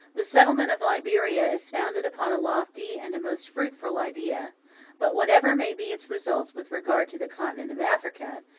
the settlement of liberia is founded upon a lofty and a most fruitful idea but whatever may be its results with regard to the continent of africa,